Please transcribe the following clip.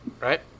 Right